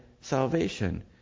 salvation